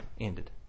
ended